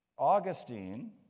Augustine